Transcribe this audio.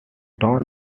town